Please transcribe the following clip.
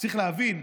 צריך להבין,